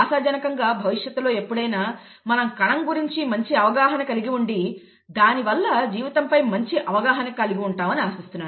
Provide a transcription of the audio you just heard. ఆశాజనకంగా భవిష్యత్తులో ఎప్పుడైనా మనం కణం గురించి మంచి అవగాహన కలిగిఉండి దానివల్ల జీవితంపై మంచి అవగాహన కలిగి ఉంటామని ఆశిస్తున్నాను